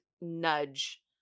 nudge